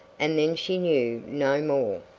and then she knew no more.